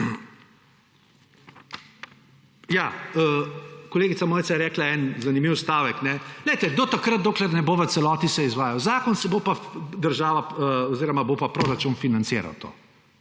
Ja, kolegica Mojca je rekla en zanimiv stavek, da do takrat, dokler se ne bo v celoti izvajal zakon, bo pa država oziroma bo pa proračun financiral to.